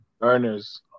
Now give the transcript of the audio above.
earners